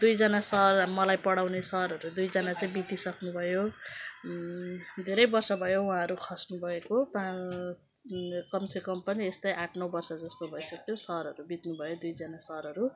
दुईजना सर मलाई पढाउने सरहरू दुईजना चाहिँ बितिसक्नु भयो धेरै वर्ष भयो उहाँहरू खस्नुभएको पाँच कम से कम पनि यस्तै आठ नौ वर्ष जस्तो भइसक्यो सरहरू बित्नुभयो दुईजना सरहरू